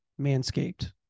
Manscaped